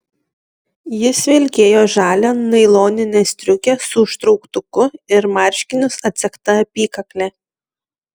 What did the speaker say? jis vilkėjo žalią nailoninę striukę su užtrauktuku ir marškinius atsegta apykakle